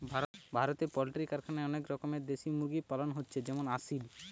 ভারতে পোল্ট্রি কারখানায় অনেক রকমের দেশি মুরগি পালন হচ্ছে যেমন আসিল